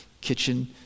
kitchen